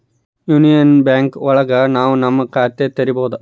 union Bank ಒಳಗ ನಾವ್ ನಮ್ ಖಾತೆ ತೆರಿಬೋದು